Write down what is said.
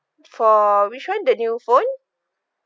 for which one the new phone